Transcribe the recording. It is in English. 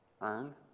earn